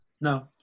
No